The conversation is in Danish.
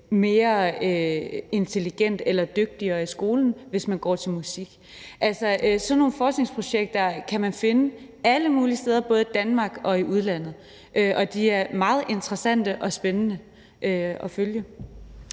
mere intelligent eller dygtigere i skolen, hvis man går til musik. Altså, sådan nogle forskningsprojekter kan man finde alle mulige steder, både i Danmark og i udlandet, og de er meget interessante og spændende at følge.